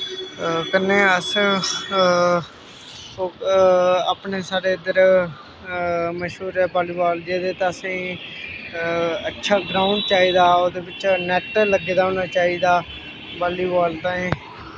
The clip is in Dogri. कन्नै अस ओ अपने साढ़े इद्दर मश्हूर ऐ बालीबाल जेह्दे च असें अच्छा ग्राउंड चाहिदा ओह्दे बिच नैट लग्गे दा होना चाहिदा बालीबाल ताईं